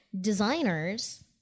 designers